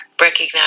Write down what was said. Recognize